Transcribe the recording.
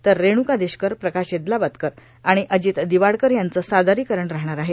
तर रेणुका देशकर प्रकाश एदलाबादकर आणि अजित दिवाडकर यांचं सादरीकरण राहणार आहे